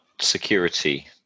security